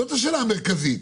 זאת השאלה המרכזית,